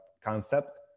Concept